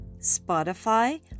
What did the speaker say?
Spotify